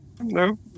no